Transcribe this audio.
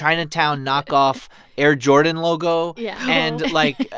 chinatown knockoff air jordan logo yeah and, like,